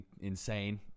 insane